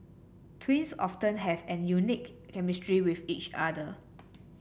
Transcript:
twins often have an unique chemistry with each other